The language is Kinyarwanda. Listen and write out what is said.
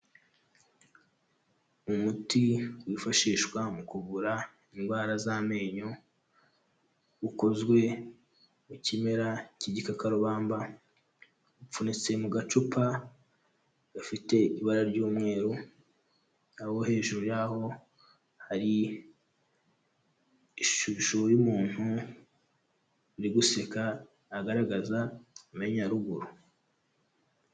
Umuti wifashishwa mu kuvura indwara z'amenyo, ukozwe mu kimera k'igikakarubamba, upfunyitse mu gacupa gafite ibara ry'umweru, aho hejuru yaho hari ishusho y'umuntu uri guseka agaragaza amenyo ya ruguru.